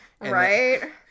right